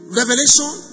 revelation